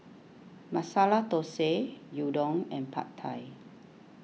Masala Dosa Gyudon and Pad Thai